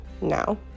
now